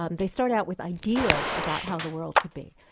ah and they start out with ideas about how the world could be.